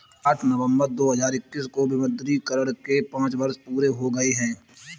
आठ नवंबर दो हजार इक्कीस को विमुद्रीकरण के पांच वर्ष पूरे हो गए हैं